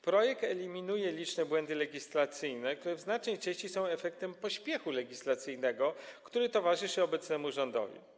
Projekt eliminuje liczne błędy legislacyjne, które w znacznej części są efektem pośpiechu legislacyjnego, który towarzyszy obecnemu rządowi.